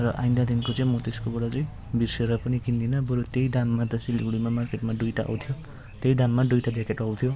र आइन्दादेखिको चाहिँ म त्यसकोबाट चाहिँ बिर्सिएर पनि किन्दिनँ बरू त्यही दाममा त सिलगढी मार्केटमा दुईवटा आउँथ्यो त्यही दाममा दुईवटा ज्याकेट आउँथ्यो